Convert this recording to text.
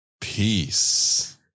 Peace